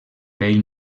bell